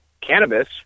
cannabis